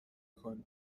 کنی